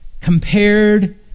Compared